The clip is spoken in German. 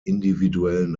individuellen